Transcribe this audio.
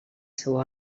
seu